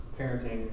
parenting